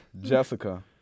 Jessica